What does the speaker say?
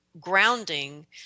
grounding